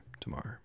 tomorrow